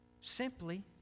simply